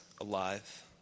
alive